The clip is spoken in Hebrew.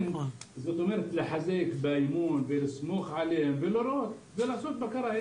צריך לחזק את האמון, לסמוך עליהם ועשות בקרה.